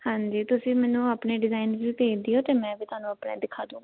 ਹਾਂਜੀ ਤੁਸੀਂ ਮੈਨੂੰ ਆਪਣੇ ਡਿਜ਼ਾਇਨ ਵੀ ਭੇਜ ਦਿਓ ਅਤੇ ਮੈਂ ਵੀ ਤੁਹਾਨੂੰ ਆਪਣੇ ਦਿਖਾਦੁੰਗਾ